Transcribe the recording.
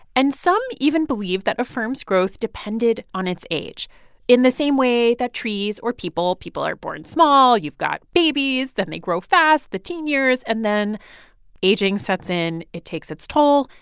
and some even believed that a firm's growth depended on its age in the same way that trees or people people are born small. you've got babies. then they grow fast the teen years. and then aging sets in. it takes its toll,